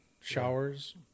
showers